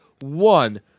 one